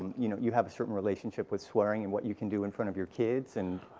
you know you have a certain relationship with swearing and what you can do in front of your kids and.